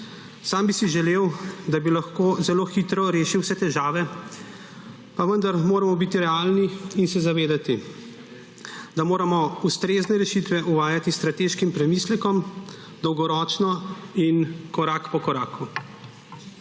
Sam bi si želel, da bi lahko zelo hitro rešil vse težave, pa vendar moramo biti realni in se zavedati, da moramo ustrezne rešitve uvajati s strateškim premislekom, dolgoročno in korak po koraku.